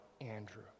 Andrew